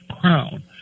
crown